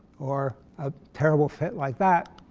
or a terrible fit like that,